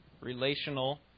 relational